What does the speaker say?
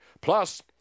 Plus